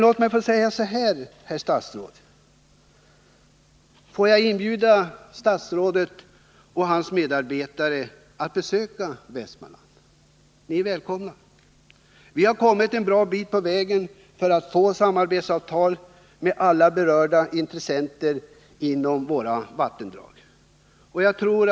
Låt mig få inbjuda statsrådet och hans medarbetare att besöka Västmanland! Ni är välkomna. Vi har kommit en bra bit på väg i arbetet på att få till stånd samarbetsavtal med alla berörda intressenter när det gäller våra vattendrag.